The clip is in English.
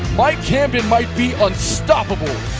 mike camden might be unstoppable